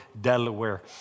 Delaware